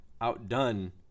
outdone